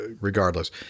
regardless